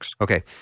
Okay